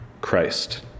Christ